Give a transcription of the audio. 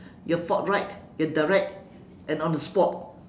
you're forthright you're direct and on the spot